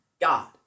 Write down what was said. God